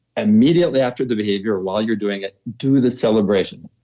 immediately after the behavior while you're doing it, do the celebration.